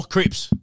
Crips